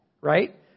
right